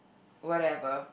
whatever